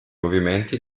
movimenti